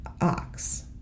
ox